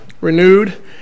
renewed